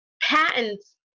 patents